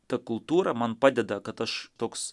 ta kultūra man padeda kad aš toks